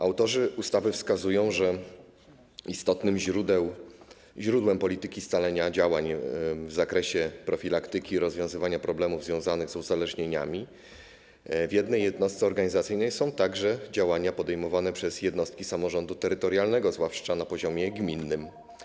Autorzy ustawy wskazują, że istotnym źródłem polityki scalenia działań w zakresie profilaktyki i rozwiązywania problemów związanych z uzależnieniami w jednej jednostce organizacyjnej są także działania podejmowane przez jednostki samorządu terytorialnego, zwłaszcza na poziomie gminnym.